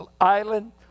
island